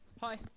Hi